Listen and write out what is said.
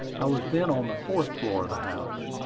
i was then on the fourth floor of the house.